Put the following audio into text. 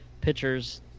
pitchers